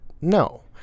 No